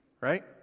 right